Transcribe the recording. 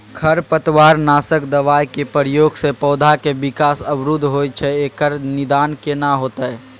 खरपतवार नासक दबाय के प्रयोग स पौधा के विकास अवरुध होय छैय एकर निदान केना होतय?